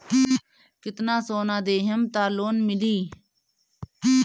कितना सोना देहम त लोन मिली?